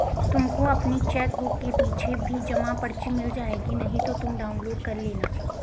तुमको अपनी चेकबुक के पीछे भी जमा पर्ची मिल जाएगी नहीं तो तुम डाउनलोड कर लेना